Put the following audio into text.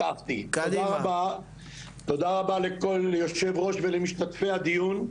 תודה רבה ליושב הראש ולמשתתפי הדיון.